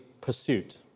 pursuit